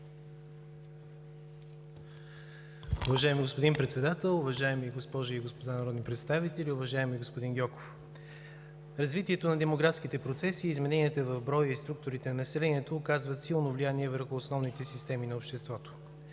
Уважаеми господин Председател, уважаеми госпожи и господа народни представители! Уважаеми господин Гьоков, развитието на демографските процеси, измененията в броя и структурите на населението оказват силно влияние върху основните системи на обществото.